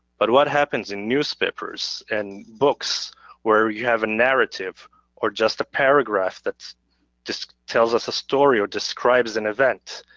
but what happens in newspapers and books where you have a narrative or just a paragraph that just tells us a story or describes an event?